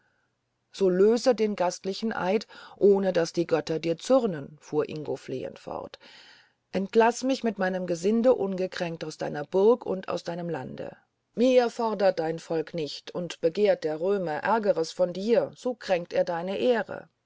so löse den gastlichen eid ohne daß die götter dir zürnen fuhr ingo flehend fort entlaß mich mit meinem gesinde ungekränkt aus deiner burg und aus deinem lande mehr fordert dein volk nicht und begehrt der römer ärgeres von dir so kränkt er deine ehre